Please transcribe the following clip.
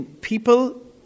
people